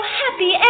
happy